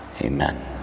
Amen